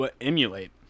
Emulate